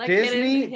Disney